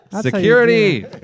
Security